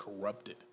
corrupted